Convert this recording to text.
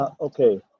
Okay